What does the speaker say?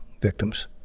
victims